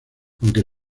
aunque